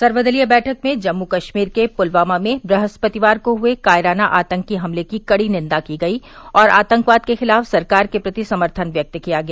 सर्वदलीय बैठक में जम्मू कश्मीर के पुलवामा में बृहस्पतिवार को हुए कायराना आतंकी हमले की कड़ी निंदा की गयी और आतंकवाद के खिलाफ सरकार के प्रति समर्थन व्यक्त किया गया